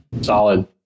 solid